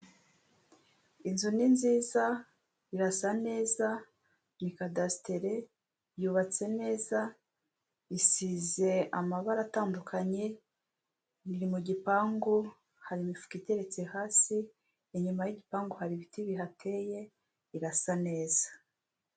Inzu ni nziza irasa neza, ni kadasiteri, yubatse neza, isize amabara atandukanye, biri mu gipangu, hari imifuka iteretse hasi, inyuma y'igipangu hari ibiti bihateye birasa neza.